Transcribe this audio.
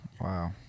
Wow